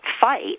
fight